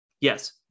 Yes